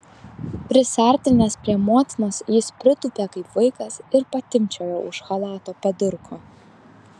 prisiartinęs prie motinos jis pritūpė kaip vaikas ir patimpčiojo už chalato padurko